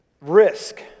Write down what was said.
Risk